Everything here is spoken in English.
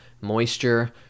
moisture